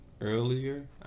Earlier